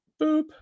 Boop